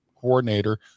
coordinator